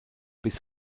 bis